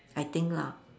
I think lah